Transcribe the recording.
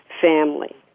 family